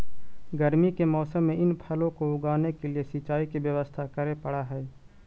गर्मी के मौसम में इन फलों को उगाने के लिए सिंचाई की व्यवस्था करे पड़अ हई